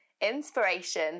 inspiration